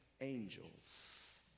angels